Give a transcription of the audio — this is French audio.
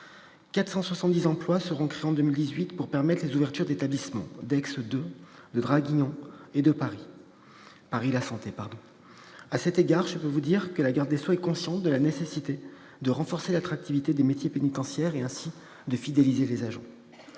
470 emplois seront créés en 2018 ; ils permettront les ouvertures des établissements d'Aix II, de Draguignan et de Paris la Santé. À cet égard, je puis vous dire que la garde des sceaux est consciente de la nécessité de renforcer l'attractivité des métiers pénitentiaires et de fidéliser ainsi les agents.